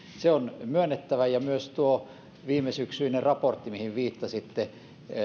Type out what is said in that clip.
se on myönnettävä myös tuo viimesyksyinen raportti mihin viittasitte